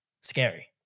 scary